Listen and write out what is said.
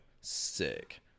sick